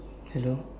hello